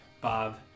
Bob